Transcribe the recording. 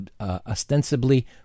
ostensibly